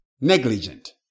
negligent